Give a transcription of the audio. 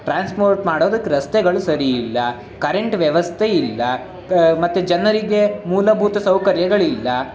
transport ಮಾಡೋದಕ್ಕೆ ರಸ್ತೆಗಳು ಸರಿಯಿಲ್ಲ ಕರೆಂಟ್ ವ್ಯವಸ್ಥೆ ಇಲ್ಲ ಮತ್ತು ಜನರಿಗೆ ಮೂಲಭೂತ ಸೌಕರ್ಯಗಳಿಲ್ಲ